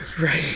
Right